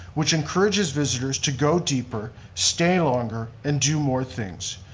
which encourages visitors to go deeper, stay longer, and do more things.